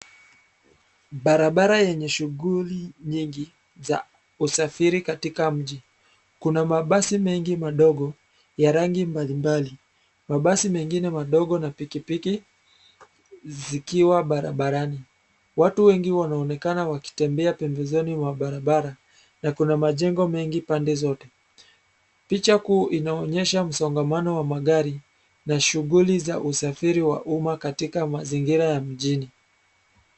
Barabara yenye shughuli nyingi za usafiri katika mji. Kuna mabasi mengi madogo ya rangi mbalimbali. Mabasi mengine madogo na pikipiki zikiwa barabarani. Watu wengi wanaonekana wakitembea pembezoni mwa barabara na kuna majengo mengi pande zote. Picha kuu inaonyesha msongamano wa magari na shughuli za usafiri wa umma katika mazingira ya mjini.